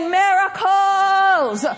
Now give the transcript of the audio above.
miracles